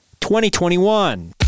2021